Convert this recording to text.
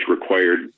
required